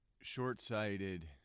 short-sighted